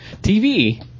TV